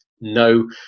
No